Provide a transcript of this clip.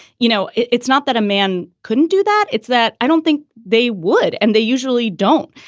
you know, it's not that a man couldn't do that. it's that i don't think they would. and they usually don't.